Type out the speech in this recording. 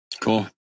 Cool